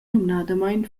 numnadamein